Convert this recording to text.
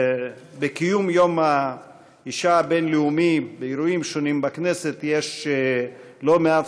בקיום יום האישה הבין-לאומי באירועים שונים בכנסת יש לא מעט